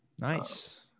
Nice